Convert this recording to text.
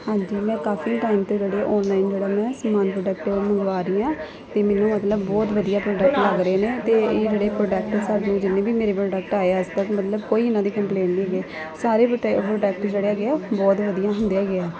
ਹਾਂਜੀ ਮੈਂ ਕਾਫ਼ੀ ਟਾਈਮ ਤੋਂ ਜਿਹੜੇ ਆਨਲਾਈਨ ਜਿਹੜਾ ਮੈਂ ਸਮਾਨ ਪ੍ਰੋਡਕਟ ਮੰਗਵਾ ਰਹੀ ਹਾਂ ਅਤੇ ਮੈਨੂੰ ਅਗਲਾ ਬਹੁਤ ਵਧੀਆ ਪ੍ਰੋਡਕਟ ਲੱਗ ਰਹੇ ਨੇ ਅਤੇ ਇਹ ਜਿਹੜੇ ਪ੍ਰੋਡਕਟ ਸਰ ਜੋ ਜਿੰਨੇ ਵੀ ਮੇਰੇ ਪ੍ਰੋਡਕਟ ਆਏ ਹੈ ਅੱਜ ਤੱਕ ਮਤਲਬ ਕੋਈ ਇਹਨਾਂ ਦੀ ਕੰਪਲੇਂਟ ਨਹੀਂ ਗੇ ਸਾਰੇ ਪ੍ਰੋਟੈਕਟ ਜਿਹੜੇ ਹੈਗੇ ਆ ਬਹੁਤ ਵਧੀਆ ਹੁੰਦੇ ਹੈਗੇ ਆ